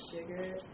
sugar